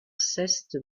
ceste